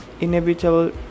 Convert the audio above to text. inevitable